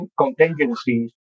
contingencies